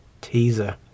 teaser